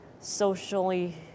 socially